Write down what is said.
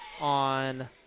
on